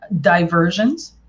diversions